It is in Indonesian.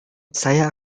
saya